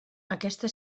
aquesta